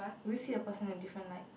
will you see the person in a different light